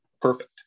Perfect